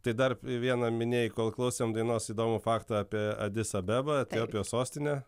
tai dar vieną minėjai kol klausėm dainos įdomų faktą apie adis abeba etiopijos sostinę